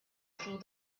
through